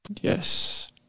Yes